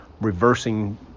reversing